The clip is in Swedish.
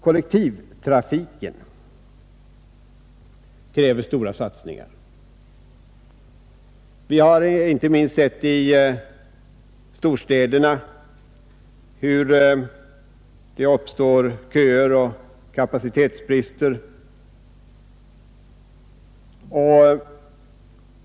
Kollektivtrafiken kräver stora satsningar. I storstäderna kan vi se köer och kapacitetsbrister.